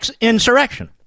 insurrection